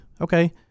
okay